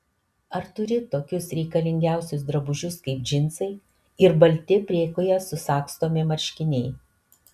ar turi tokius reikalingiausius drabužius kaip džinsai ir balti priekyje susagstomi marškiniai